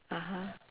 (uh huh)